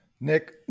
nick